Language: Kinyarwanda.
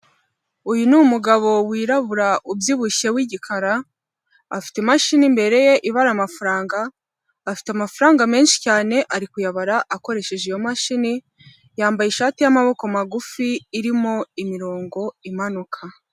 Uyu ni umugabo wirabura ubyibushye w'igikara afite imashini imbere ye ibara amafaranga, afite amafaranga menshi cyane ari kuyabara akoresheje iyo mashini yambaye ishati y'amaboko magufi irimo imirongo imanuka.